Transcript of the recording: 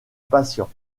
patient